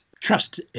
trust